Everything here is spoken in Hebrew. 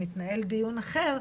מתנהל דיון אחר,